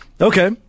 Okay